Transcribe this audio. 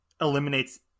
eliminates